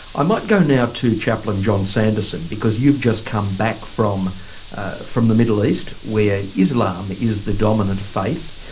i might go now to chaplain john sanderson because you've just come back from from the middle east where islam is the dominant faith.